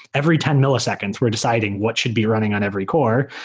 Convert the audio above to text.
every ten milliseconds we're deciding what should be running on every core,